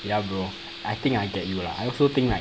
ya bro I think I get you lah I also think right